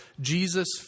Jesus